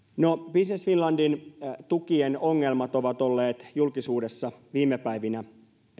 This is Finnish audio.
business finlandin tukien ongelmat ovat olleet julkisuudessa viime päivinä